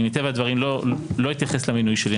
אני מטבע הדברים לא אתייחס למינוי שלי,